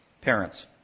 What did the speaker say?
parents